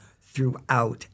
throughout